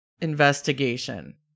investigation